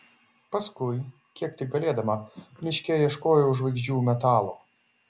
paskui kiek tik galėdama miške ieškojau žvaigždžių metalo